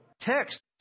text